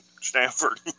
Stanford